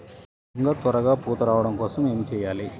వంగ త్వరగా పూత రావడం కోసం ఏమి చెయ్యాలి?